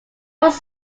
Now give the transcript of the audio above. was